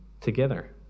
together